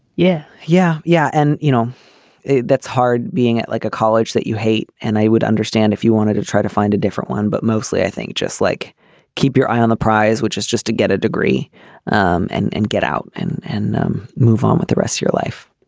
yeah yeah yeah. and you know that's hard being like a college that you hate. and i would understand if you wanted to try to find a different one. but mostly i think just like keep your eye on the prize which is just to get a degree um and and get out and and move on with the rest of your life